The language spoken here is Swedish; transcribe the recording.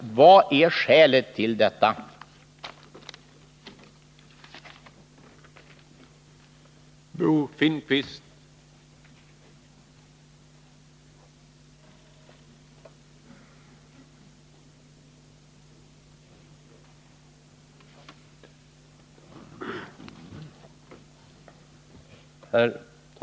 Vilket är skälet till denna reservation?